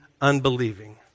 unbelieving